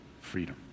Freedom